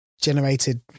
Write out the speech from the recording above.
generated